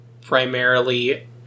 primarily